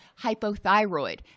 hypothyroid